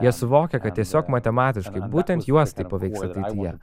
jie suvokia kad tiesiog matematiškai būtent juos tai paveiks ateityje